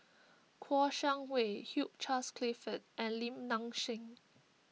Kouo Shang Wei Hugh Charles Clifford and Lim Nang Seng